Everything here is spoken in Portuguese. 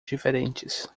diferentes